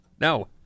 No